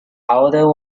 outer